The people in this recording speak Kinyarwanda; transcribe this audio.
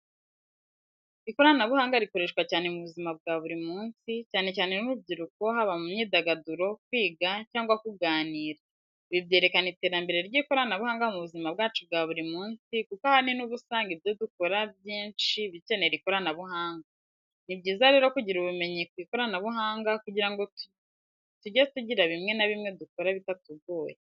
Ikoranabuhanga rikoreshwa cyane mu buzima bwa buri munsi, cyane cyane n'urubyiruko, haba mu myidagaduro, kwiga, cyangwa kuganira, ibi byerekana iterambere ry’ikoranabuhanga mu buzima bwacu bwa buri munsi kuko ahanini uba usanga ibyo dukora byinshi bikenera ikoranabuhanga. Ni byiza rero kugira ubumenyi ku ikoranabuhanga kugirango tujye tugira bimwe na bimwe dukora bitatugoye.